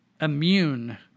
immune